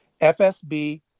FSB